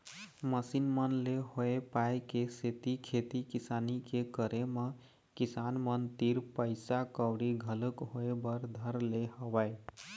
machine मन ले होय पाय के सेती खेती किसानी के करे म किसान मन तीर पइसा कउड़ी घलोक होय बर धर ले हवय